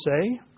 say